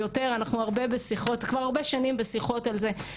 ילדים שעושים את זה במסגרת המחוייבות האישית שלהם בתיכון,